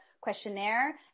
questionnaire